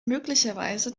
möglicherweise